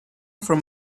from